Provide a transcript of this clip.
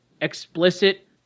explicit